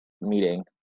meeting